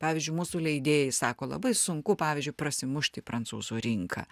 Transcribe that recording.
pavyzdžiui mūsų leidėjai sako labai sunku pavyzdžiui prasimušt į prancūzų rinką